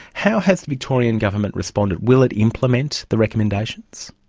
how has the victorian government responded? will it implement the recommendations?